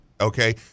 Okay